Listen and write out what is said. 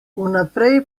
vnaprej